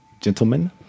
gentlemen